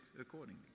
accordingly